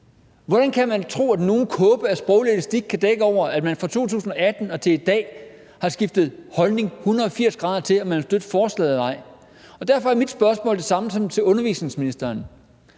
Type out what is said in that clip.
Hvordan kan man tro, at nogen kåbe af sproglig elastik kan dække over, at man fra 2018 og til i dag har skiftet holdning 180 grader, i forhold til om man kan støtte forslaget eller ej? Derfor er mit spørgsmål det samme som til undervisningsministeren: